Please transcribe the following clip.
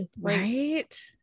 right